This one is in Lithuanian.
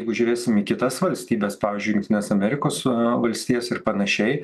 jeigu žiūrėsim į kitas valstybes pavyzdžiui į jungtines amerikos valstijas ir panašiai